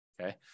Okay